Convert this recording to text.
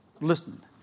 listen